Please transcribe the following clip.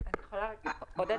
עודדה,